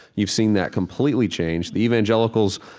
you've seen that completely change. the evangelicals,